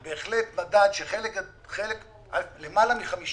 זה בהחלט מדד שלמעלה מ-50%